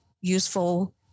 useful